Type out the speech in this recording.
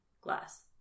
Glass